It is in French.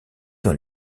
dans